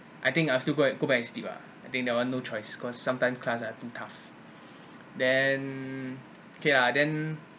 I think I'll still go and go back and sleep ah I think that one no choice because sometimes class are too tough then okay lah then